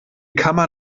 kammer